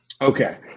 Okay